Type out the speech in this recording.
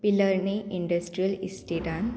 पिलर्णी industrial इस्टेटान